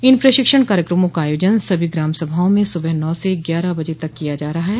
इन प्रशिक्षण कार्यक्रमों का आयोजन सभी ग्राम सभाओं में सुबह नौ से ग्यारह बजे तक किया जा रहा है